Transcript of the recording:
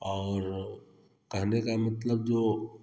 और कहने का मतलब जो